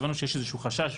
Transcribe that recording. הבנו שיש איזשהו חשש